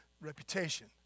reputation